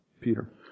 Peter